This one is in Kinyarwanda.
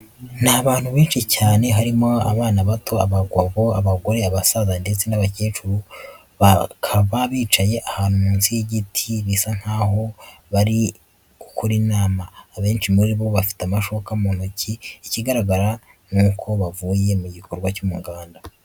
Ni abantu benshi cyane harimo abana bato, abagabo, abagore, abasaza, ndetse n'abakecuru, bakaba bicaye ahantu munsi y'igiti bisa nkaho bari gukora inama, abenshi muri bo bafite amashuka mu ntoki, ikigaragara n'uko bavuye mu gikorwa cy'umuganda.